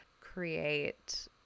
create